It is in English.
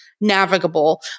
navigable